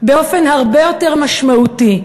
באופן הרבה יותר משמעותי.